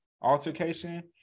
altercation